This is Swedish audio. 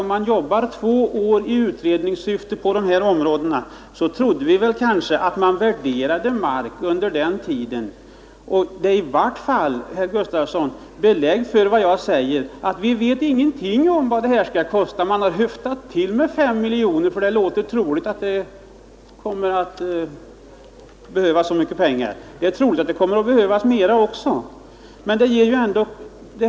Om man jobbar två år i utredningssyfte på de här områdena, så trodde vi att man värderade mark under den tiden. I varje fall är detta, herr Gustafsson, ett belägg för vad jag säger: vi vet ingenting om vad den här utbyggnaden kostar. Man har höftat till med 5 miljoner, för det låter troligt att det kommer att behövas så mycket pengar. Det är troligt att det kommer att behövas mera också.